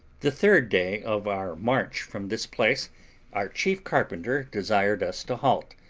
the third day of our march from this place our chief carpenter desired us to halt,